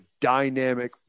dynamic